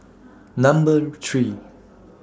Number three